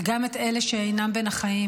וגם את אלה שאינם בין החיים.